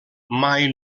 mai